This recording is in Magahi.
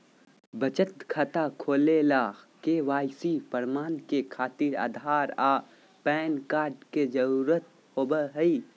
बचत खाता खोले ला के.वाइ.सी प्रमाण के खातिर आधार आ पैन कार्ड के जरुरत होबो हइ